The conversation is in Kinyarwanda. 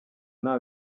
nta